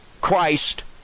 Christ